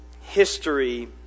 history